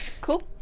Cool